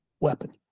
weapon